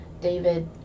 david